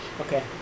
okay